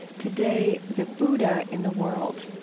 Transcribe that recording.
today, the buddha in the world.